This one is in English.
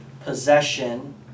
possession